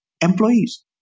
employees